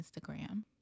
Instagram